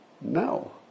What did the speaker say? No